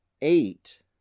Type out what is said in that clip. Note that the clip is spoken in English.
eight